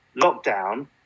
lockdown